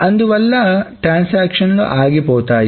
అందువల్ల ట్రాన్సాక్షన్లు ఆగిపోతాయి